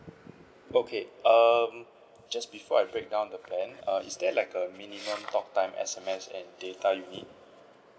okay um just before I breakdown the plan err is there like a minimum talk time S_M_S and data you need